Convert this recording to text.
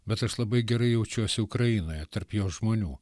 bet aš labai gerai jaučiuosi ukrainoje tarp jos žmonių